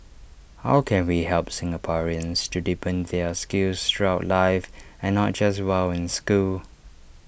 how can we help Singaporeans to deepen their skills throughout life and not just while in school